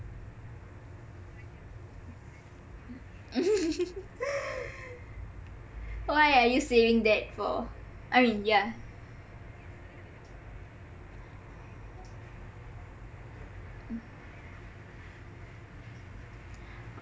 why are you saying that for I mean yah